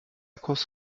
cause